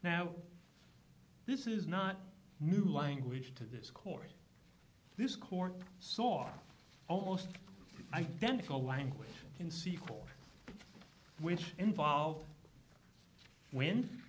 now this is not new language to this court this court saw almost identical language can see for which involved win